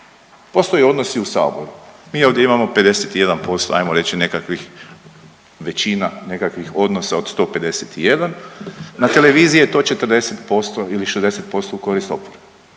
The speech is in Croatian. Postoje odnosi u saboru, mi ovdje imamo 51% ajmo reći nekakvih većina, nekakvih odnosa od 151, na televiziji je to 40% ili 60% u korist oporbe